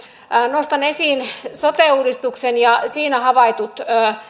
nostan esiin sote uudistuksen ja siinä havaitut